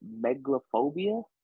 megalophobia